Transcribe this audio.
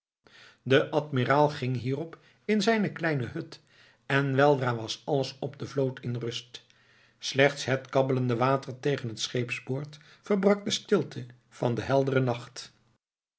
de admiraal ging hierop in zijne kleine hut en weldra was alles op de vloot in rust slechts het kabbelende water tegen het scheepsboord verbrak de stilte van den helderen nacht